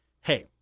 Hey